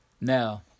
now